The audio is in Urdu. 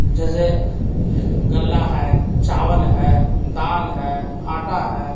جیسے غلّہ ہے چاول ہے دال ہے آٹا ہے